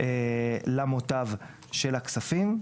למוטב של הכספים.